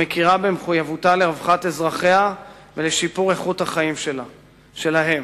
המכירה במחויבותה לרווחת אזרחיה ולשיפור איכות החיים שלהם.